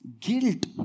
Guilt